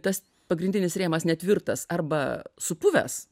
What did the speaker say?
tas pagrindinis rėmas netvirtas arba supuvęs